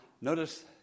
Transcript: notice